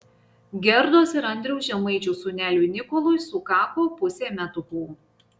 gerdos ir andriaus žemaičių sūneliui nikolui sukako pusė metukų